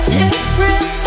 different